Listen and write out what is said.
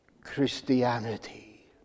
Christianity